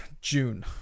June